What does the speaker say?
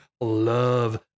love